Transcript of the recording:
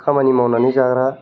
खामानि मावनानै जाग्रा